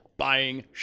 Buying